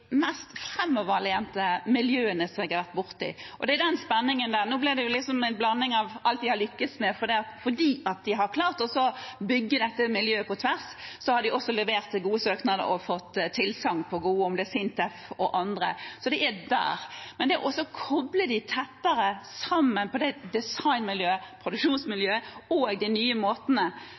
vært borti. De er i den spenningen, i en blanding av alt de har lyktes med. Fordi de har klart å bygge dette miljøet på tvers, har de også levert gode søknader og fått tilsagn, om det er Sintef eller andre. De er der. Man kobler tettere sammen designmiljøet, produksjonsmiljøet og de nye måtene for hvordan man møter forbrukerne. Man begynner å leie – som her i byen, hvor man leier kjoler osv. – men man kan også forme de